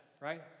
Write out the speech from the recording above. right